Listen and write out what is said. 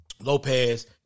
Lopez